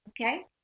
okay